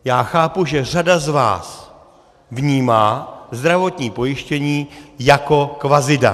Já chápu, že řada z vás vnímá zdravotní pojištění jako kvazidaň.